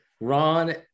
Ron